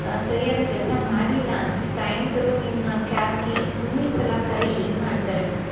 ಸರಿಯಾದ ಕೆಲಸ ಮಾಡಲಿಲ್ಲ ಅಂದರೆ ಪ್ರಯಾಣಿಕರು ನಿಮ್ಮ ಕ್ಯಾಬ್ಗೆ ಮುಂದಿನ ಸಲ ಕರೆ ಹೆಂಗ್ ಮಾಡ್ತಾರೆ